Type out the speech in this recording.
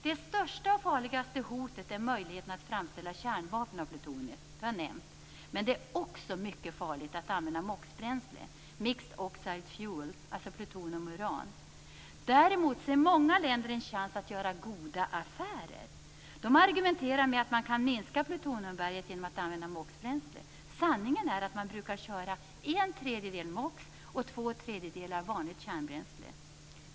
Det största och farligaste hotet är möjligheten att framställa kärnvapen av plutoniet. Det har jag nämnt. Men det är också mycket farligt att använda MOX Däremot ser många länder en chans att göra goda affärer. De argumenterar med att man kan minska plutoniumberget genom att använda MOX-bränsle. Sanningen är att man brukar köra 1 3 vanligt kärnbränsle.